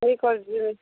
ମୁଇଁ କରବି